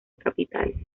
capitales